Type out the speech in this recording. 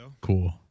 cool